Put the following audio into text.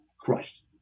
crushed